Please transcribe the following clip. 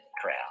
crowd